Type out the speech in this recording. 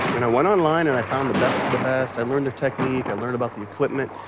and i went online and i found the best of the best, i learned their technique, i learned about the equipment,